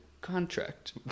contract